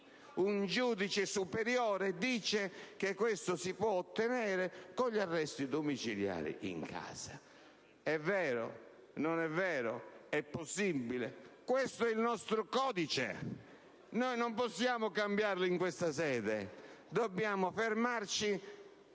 un giudice superiore dice che ciò si può ottenere con gli arresti domiciliari in casa. E vero, non è vero, è possibile? Questo è quanto prescrive il nostro codice, e non lo si può cambiare in questa sede. Dobbiamo fermarci